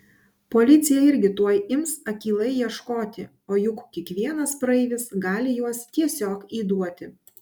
policija irgi tuoj ims akylai ieškoti o juk kiekvienas praeivis gali juos tiesiog įduoti